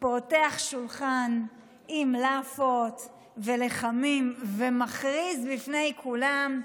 פותח שולחן עם לאפות ולחמים ומכריז בפני כולם: